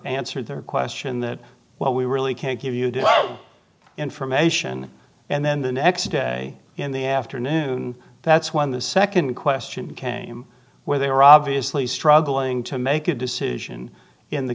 answer their question that what we really can't give you information and then the next day in the afternoon that's when the nd question came where they were obviously struggling to make a decision in the